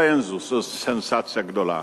לא, אין זו סנסציה גדולה,